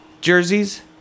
jerseys